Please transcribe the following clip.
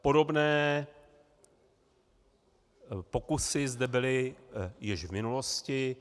Podobné pokusy zde byly již v minulosti.